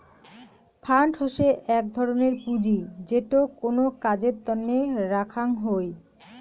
fund হসে এক ধরনের পুঁজি যেটো কোনো কাজের তন্নে রাখ্যাং হই